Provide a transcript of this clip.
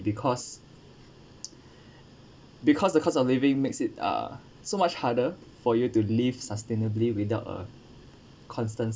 because because the cost of living makes it uh so much harder for you to live sustainably without a constant